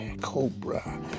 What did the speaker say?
cobra